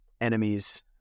enemies